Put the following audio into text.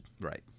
Right